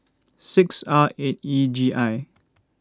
six R eight E G I